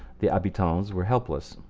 the habitants were helpless.